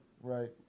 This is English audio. right